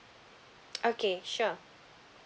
okay sure